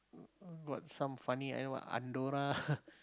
got some funny and what Andorra